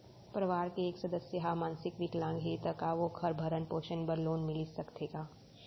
परवार के एक सदस्य हा मानसिक विकलांग हे त का वोकर भरण पोषण बर लोन मिलिस सकथे का?